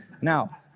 Now